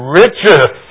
riches